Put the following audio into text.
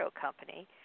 Company